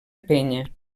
penya